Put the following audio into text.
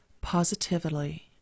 positively